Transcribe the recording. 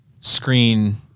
screen